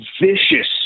vicious